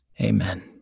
Amen